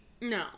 No